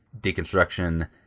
deconstruction